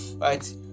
Right